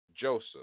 Joseph